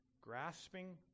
grasping